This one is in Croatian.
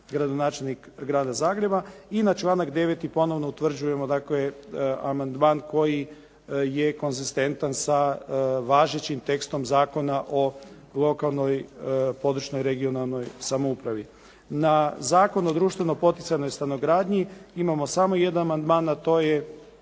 gradonačelnik grada Zagreba. I na članak 9. ponovo utvrđujemo dakle, amandman koji je konzistentan sa važećim tekstom zakona o lokalnoj, područnoj (regionalnoj) samoupravi. Na Zakon o društveno poticajnoj stanogradnji imamo samo jedan amandman a to je